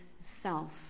self